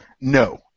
No